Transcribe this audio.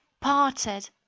parted